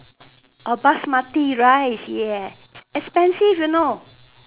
err Basmati rice yes expensive you know